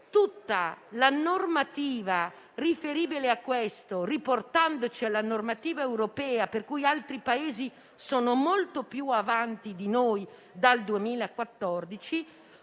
tutta la normativa riferibile al tema - riportandoci alla normativa europea rispetto alla quale altri Paesi sono molto più avanti di noi dal 2014